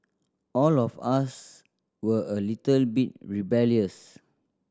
all of us were a little bit rebellious